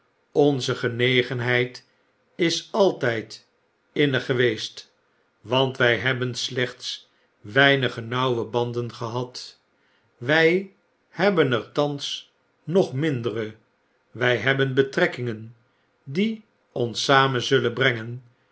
onze gehegenheid is altgd innig geweest want wij hebben slechts weinige nauwe bandengehad wy hebben er thans nog mindere wij hebben betrekkingen die ons samen zullen brengen